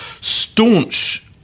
Staunch